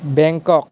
বেংকক